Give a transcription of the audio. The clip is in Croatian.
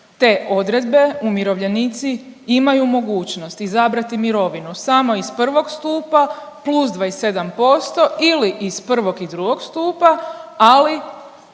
te odredbe umirovljenici imaju mogućnost izabrati mirovinu samo iz I. stupa + 27% ili iz I. i II. stupa, ali